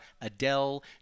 Adele